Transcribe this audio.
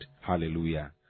Hallelujah